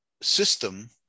system